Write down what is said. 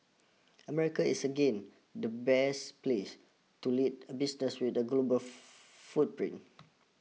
America is again the best place to lead a business with a global footprint